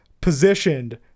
positioned